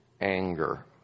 anger